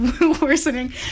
worsening